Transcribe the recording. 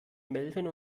melvin